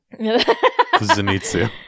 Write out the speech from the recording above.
zenitsu